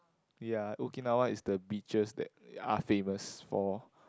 ya Okinawa is the beaches that are famous for